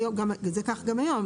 כך זה גם היום.